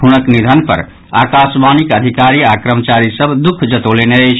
हुनक निधन पर आकाशवाणीक अधिकारी आओर कर्मचारी सभ दुःख जतौलनि अछि